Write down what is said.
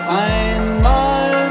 einmal